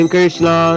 Krishna